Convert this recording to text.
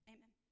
Amen